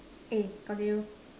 eh continue